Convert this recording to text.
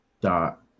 dot